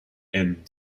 and